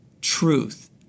truth